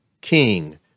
king